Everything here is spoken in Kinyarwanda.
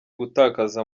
gutakaza